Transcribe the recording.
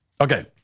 Okay